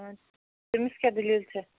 تٔمِس کیٛاہ دٔلیٖل چھےٚ